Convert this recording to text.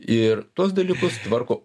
ir tuos dalykus tvarko